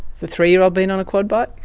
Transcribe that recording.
the three-year-old been on a quad but